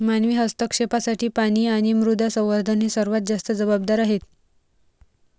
मानवी हस्तक्षेपासाठी पाणी आणि मृदा संवर्धन हे सर्वात जास्त जबाबदार आहेत